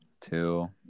two